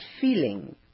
feeling